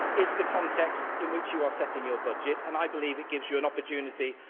is the context in which you are setting your budget and i believe it gives you an opportunity